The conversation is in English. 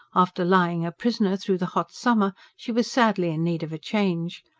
after lying a prisoner through the hot summer, she was sadly in need of a change.